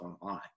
online